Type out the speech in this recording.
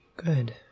Good